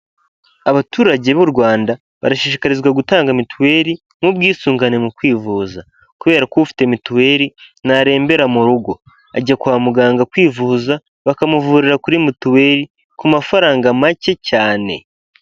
Abaturage b'u Rwanda, barashishikarizwa gutanga mituweri nk'ubwisungane mu kwivuza kubera ko ufite mituweri ntarembera mu rugo, ajya kwa muganga kwivuza, bakamuvurira kuri mituweri ku mafaranga make cyane.